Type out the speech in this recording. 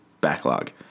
backlog